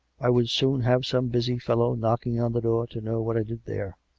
i would soon have some busy fellow knocking on the door to know what i did there.